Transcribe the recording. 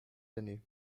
d’années